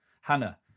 Hannah